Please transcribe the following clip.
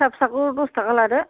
फिसा फिसाखौ दस थाखा लादो